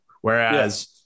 Whereas